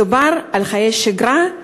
מדובר על חיי שגרה,